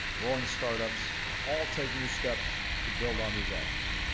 growing startups all take new steps to build on these actions.